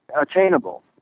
attainable